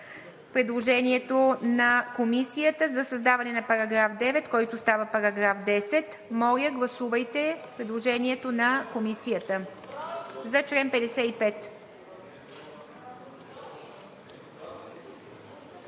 предложението на Комисията за създаване на § 9, който става § 10. Моля, гласувайте предложението на Комисията за чл. 55.